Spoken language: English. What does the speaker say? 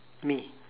me